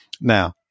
Now